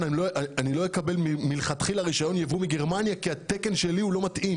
מלכתחילה אני לא אקבל רישיון יבוא מגרמניה כי התקן שלי לא מתאים.